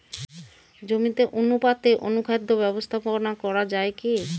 জমিতে অনুপাতে অনুখাদ্য ব্যবস্থাপনা করা য়ায় কি?